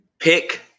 Pick